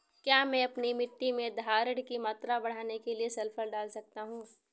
क्या मैं अपनी मिट्टी में धारण की मात्रा बढ़ाने के लिए सल्फर डाल सकता हूँ?